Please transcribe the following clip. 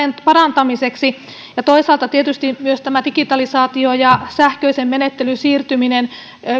parantamiseksi toisaalta tietysti myös digitalisaatio ja sähköiseen menettelyyn siirtyminen